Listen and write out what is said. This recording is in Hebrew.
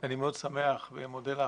אני מאוד שמח ומודה לך,